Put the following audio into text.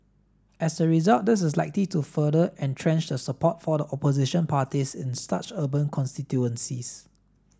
as a result this is likely to further entrench the support for the opposition parties in such urban constituencies